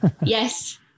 yes